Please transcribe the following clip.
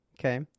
Okay